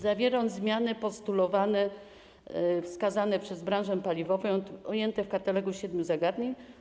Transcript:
Zawiera on zmiany postulowane, wskazane przez branżę paliwową, ujęte w katalogu siedmiu zagadnień.